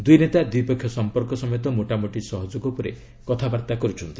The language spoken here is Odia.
ଦୁଇ ନେତା ଦ୍ୱିପକ୍ଷୀୟ ସମ୍ପର୍କ ସମେତ ମୋଟାମୋଟି ସହଯୋଗ ଉପରେ କଥାବାର୍ତ୍ତା କର୍ଚ୍ଚନ୍ତି